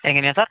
എങ്ങനെയാണ് സാര്